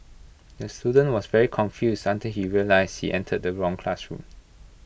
the student was very confused until he realised he entered the wrong classroom